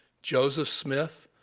joseph smith,